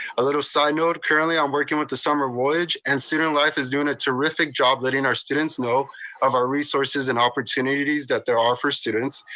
a little side note, currently i'm working with the summer voyage and student life is doing a terrific job letting our students know of our resources and opportunities that there are for students.